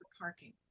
parking